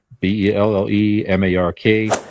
b-e-l-l-e-m-a-r-k